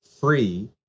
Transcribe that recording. Free